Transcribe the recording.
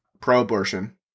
pro-abortion